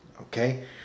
Okay